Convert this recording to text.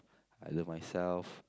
I love myself